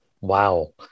Wow